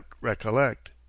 recollect